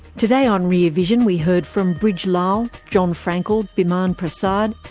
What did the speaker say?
today on rear vision we heard from brij lal, jon fraenkel, biman prasad,